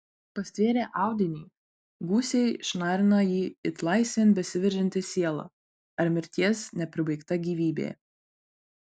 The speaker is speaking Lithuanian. pastvėrę audinį gūsiai šnarina jį it laisvėn besiveržianti siela ar mirties nepribaigta gyvybė